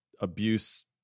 abuse